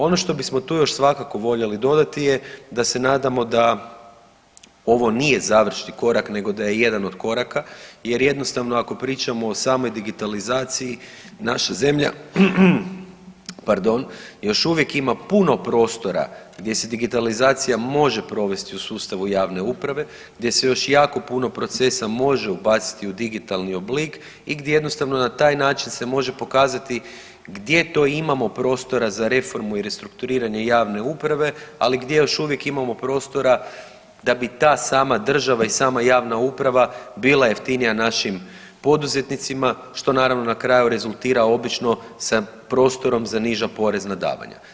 Ono što bismo tu još svakako voljeli dodati je da se nadamo da ovo nije završni korak nego da je jedan od koraka jer jednostavno ako pričamo o samoj digitalizaciji naša zemlja, pardon, još uvijek ima puno prostora gdje se digitalizacija može provesti u sustavu javne uprave, gdje se još jako puno procesa može ubaciti u digitalni oblik i gdje jednostavno na taj način se može pokazati gdje to imamo prostora za reformu i restrukturiranje javne uprave, ali gdje još uvijek imamo prostora da bi ta sama država i sama javna uprava bila jeftinija našim poduzetnicima što naravno na kraju rezultira obično sa prostorom za niža porezna davanja.